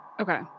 Okay